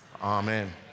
Amen